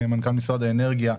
כמנכ"ל משרד האנרגיה,